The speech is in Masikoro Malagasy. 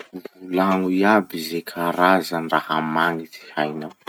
Volagno iaby ze karazan-draha magnitsy hainao.